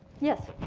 yes.